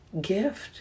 gift